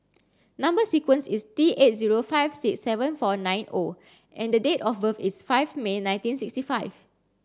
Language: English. number sequence is T eight zero five six seven four nine O and the date of birth is five May nineteen sixty five